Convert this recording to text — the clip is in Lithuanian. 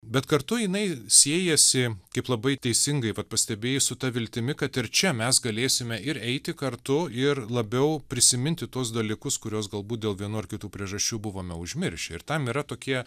bet kartu jinai siejasi kaip labai teisingai pastebėjai su ta viltimi kad ir čia mes galėsime ir eiti kartu ir labiau prisiminti tuos dalykus kuriuos galbūt dėl vienų ar kitų priežasčių buvome užmiršę ir tam yra tokie